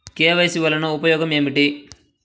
KYC వలన ఉపయోగం ఏమిటీ?